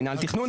מינהל התכנון,